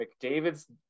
McDavid's